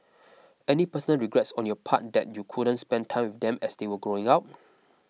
any personal regrets on your part that you couldn't spend time with them as they were growing up